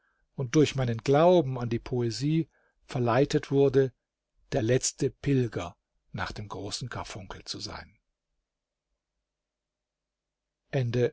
und durch meinen glauben an die poesie verleitet wurde der letzte pilger nach dem großen karfunkel zu sein